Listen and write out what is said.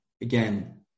again